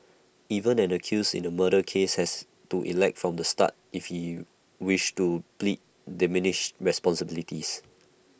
even an accused in A murder case has to elect from the start if he wishes to plead diminished responsibility